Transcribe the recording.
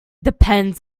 depends